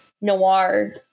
noir